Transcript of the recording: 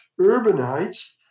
urbanites